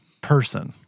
person